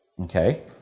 Okay